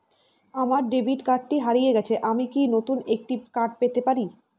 আমার ডেবিট কার্ডটি হারিয়ে গেছে আমি কি নতুন একটি কার্ড পেতে পারি?